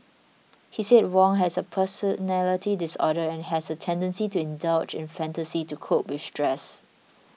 he said Wong has a personality disorder and has a tendency to indulge in fantasy to cope with stress